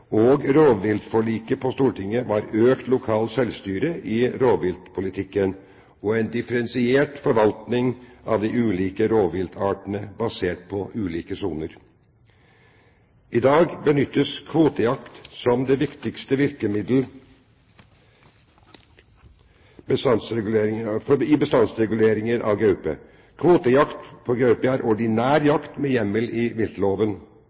og rovviltforliket på Stortinget var økt lokalt selvstyre i rovviltpolitikken og en differensiert forvaltning av de ulike rovviltartene basert på ulike soner. I dag benyttes kvotejakt som det viktigste virkemiddelet i bestandsreguleringen av gaupe. Kvotejakt på gaupe er ordinær jakt med hjemmel i viltloven.